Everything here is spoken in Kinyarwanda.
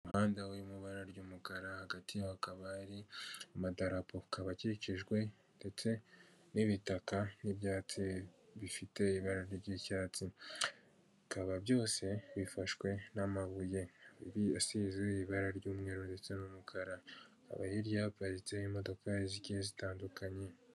Umuhanda uri mu ibara ry'umukara hagati yaho hakaba hari amadarapo akaba akikijwe ndetse n'ibitaka n'ibyatsi bifite ibara ry'icyatsi, bikaba byose bifashwe n'amabuye asize ibara ry'umweru ndetse n'umukara hakaba hirya haparitsemo imodoka zigiye zitandukanye.